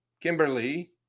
Kimberly